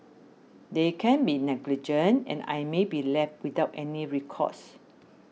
they can be negligent and I may be left without any recourse